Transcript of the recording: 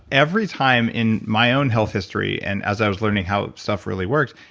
every time in my own health history and as i was learning how stuff really worked,